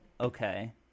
okay